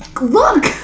LOOK